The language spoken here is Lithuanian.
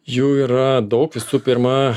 jų yra daug visų pirma